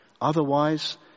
Otherwise